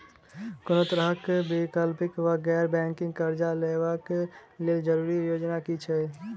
कोनो तरह कऽ वैकल्पिक वा गैर बैंकिंग कर्जा लेबऽ कऽ लेल जरूरी योग्यता की छई?